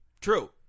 True